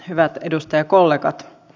hyvät edustajakollegat